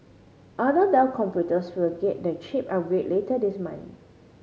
other Dell computers will get the chip upgrade later this month